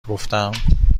گفتم